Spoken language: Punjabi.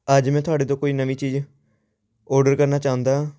ਅੱਜ ਮੈਂ ਤੁਹਾਡੇ ਤੋਂ ਕੋਈ ਨਵੀਂ ਚੀਜ਼ ਔਡਰ ਕਰਨਾ ਚਾਹੁੰਦਾ ਹਾਂ